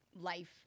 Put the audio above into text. life